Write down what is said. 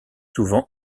souvent